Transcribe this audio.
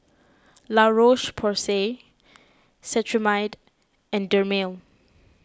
La Roche Porsay Cetrimide and Dermale